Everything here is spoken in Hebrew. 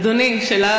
אדוני, שאלה